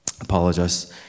apologize